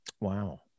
Wow